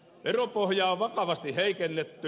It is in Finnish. veropohjaa on vakavasti heikennetty